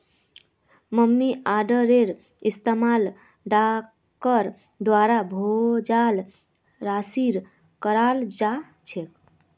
money आर्डरेर इस्तमाल डाकर द्वारा भेजाल राशिर कराल जा छेक